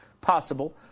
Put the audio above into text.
Possible